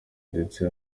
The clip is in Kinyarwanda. ndetse